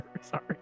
Sorry